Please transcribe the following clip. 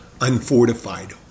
unfortified